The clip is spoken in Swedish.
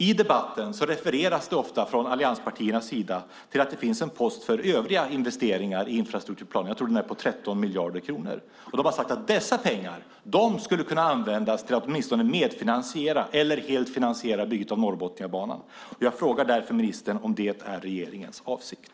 I debatten refereras det ofta från allianspartiernas sida till att det finns en post för övriga investeringar i infrastrukturplanen som jag tror är på 13 miljarder kronor. Det har sagts att dessa pengar skulle kunna användas för att åtminstone medfinansiera eller helt finansiera bygget av Norrbotniabanan. Jag frågar därför ministern om det är regeringens avsikt.